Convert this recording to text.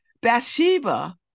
Bathsheba